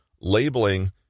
labeling